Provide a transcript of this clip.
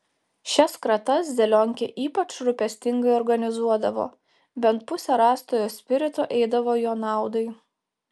šias kratas zelionkė ypač rūpestingai organizuodavo bent pusė rastojo spirito eidavo jo naudai